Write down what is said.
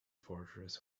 fortress